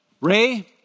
Ray